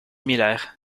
miller